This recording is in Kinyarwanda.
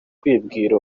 n’ijwi